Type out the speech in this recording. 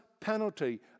penalty